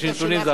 זה הרבה נתונים,